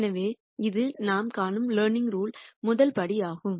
எனவே இது நாம் காணும் லேர்னிங்ரூல் முதல் படியாகும்